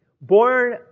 born